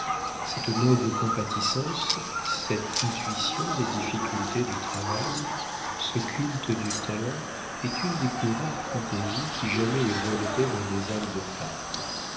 cette noble compatissance cette intuition des difficultés du travail ce culte du talent est une des plus rares fantaisies qui jamais aient voleté dans des âmes de femme